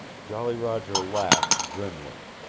jolly roger laughed grimly.